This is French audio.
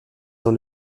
dans